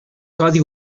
codi